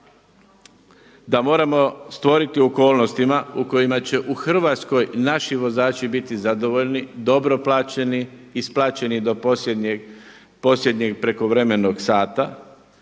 da moramo stvoriti u okolnostima u kojima će u Hrvatskoj naši vozači viti zadovoljni, dobro plaćeni, isplaćeni do posljednjeg prekovremenog sata